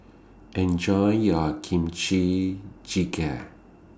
Enjoy your Kimchi Jjigae